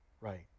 right